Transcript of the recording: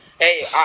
Hey